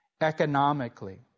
economically